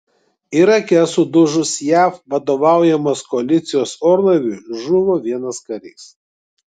irake sudužus jav vadovaujamos koalicijos orlaiviui žuvo vienas karys